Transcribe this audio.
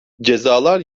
cezalar